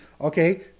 okay